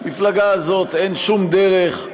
שלמפלגה הזאת אין שום דרך,